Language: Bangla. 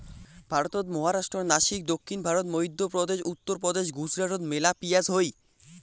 ভারতত মহারাষ্ট্রর নাসিক, দক্ষিণ ভারত, মইধ্যপ্রদেশ, উত্তরপ্রদেশ, গুজরাটত মেলা পিঁয়াজ হই